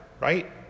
right